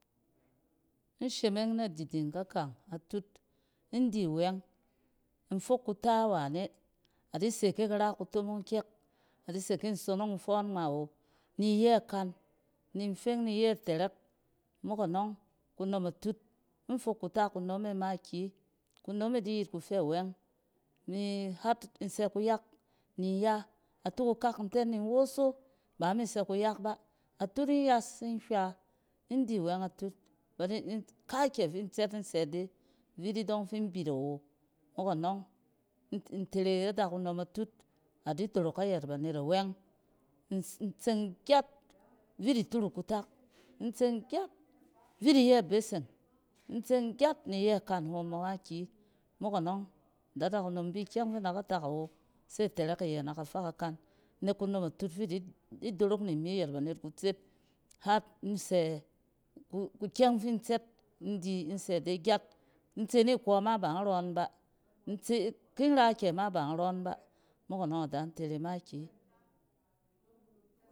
In shemeng nadiding kakang a tut in di wɛng in fok kuta wane. A di se kin ra kutomong kyɛk. A dise ki nsonong in fͻͻn ngma awo, ni iyɛ kan, ni nfeng ni iyɛ tɛrɛk. Mok anͻng, kunom atut in fok kuta kunom e makiyi kunom e di yet kufɛ wɛng. Imi har in sɛ kuyak ni nya. Atul akak, in tɛn ni nwoso ba in mi sɛ kuyak ba. Atut in yas in hyria in di wɛng atut ba di, in-kaakyɛ fi in tsɛt in sɛ ide, vit idͻng fi in bit awo. Mok anͻng intere adakunom atut a di dorok ayɛt banet awɛng. In tseng gyat vit ituruk kutak, in tseng gyat vit iyɛ beseng, in tseng gyat ni iyɛ kan hom makiyi. Mok anͻng, ada dakunom in bi kyɛng fi in da ka tak awo, se tɛrɛk iyɛ na kafa kakan nek kunom atut fi fi-dorok ni mi ayɛt banet kutset har in sɛ kukyɛng fi in tsɛt in di in sɛ de gyat in tse nikͻ ma ba nrͻn ba intse-kin ra kɛ ma ba nrͻn ba. Mok anͻng ada in tere makiyi